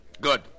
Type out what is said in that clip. Good